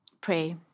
pray